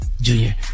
Junior